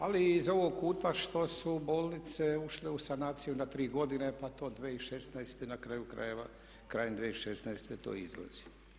Ali i iz ovog kuta što su bolnice ušle u sanaciju na tri godine, pa to 2016. na kraju krajeva, krajem 2016. to izlazi.